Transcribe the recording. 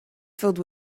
filled